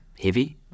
heavy